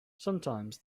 sometimes